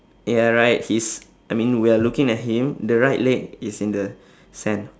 ya right his I mean we are looking at him the right leg is in the sand